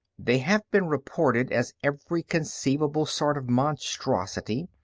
they have been reported as every conceivable sort of monstrosity.